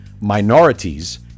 minorities